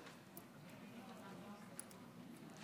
חברת הכנסת ברביבאי, נא לעלות לדוכן.